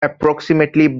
approximately